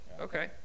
okay